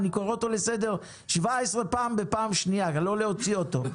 אני קורא אותו לסדר כבר 17 פעם קריאה שנייה כדי לא להוציא אותו.